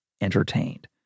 entertained